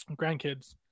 grandkids